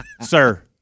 sir